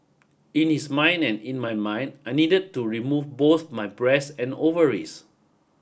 in his mind and in my mind I needed to remove both my breast and ovaries